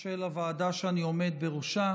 של הוועדה שאני עומד בראשה